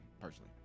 personally